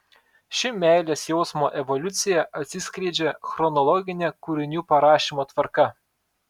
ši meilės jausmo evoliucija atsiskleidžia chronologine kūrinių parašymo tvarka